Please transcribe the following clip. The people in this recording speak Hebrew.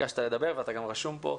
ביקשת לדבר ואתה גם רשום פה.